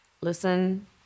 Listen